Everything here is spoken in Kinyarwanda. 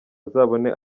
azabone